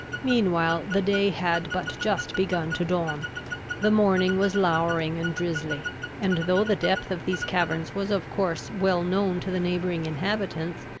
meanwhile the day had but just begun to dawn the morning was lowering and drizzly and, though the depth of these caverns was of course well known to the neighbouring inhabitants,